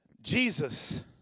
Jesus